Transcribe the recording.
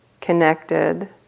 connected